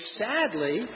sadly